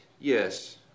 yes